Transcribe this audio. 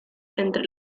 entre